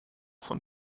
von